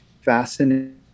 fascinating